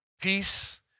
peace